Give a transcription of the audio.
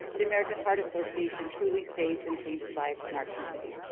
the american heart association truly saves and changes lives in our community.